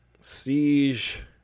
Siege